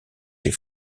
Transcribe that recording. ses